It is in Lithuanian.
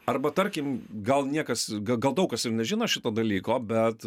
arba tarkim gal niekas ga gal daug kas ir nežino šito dalyko bet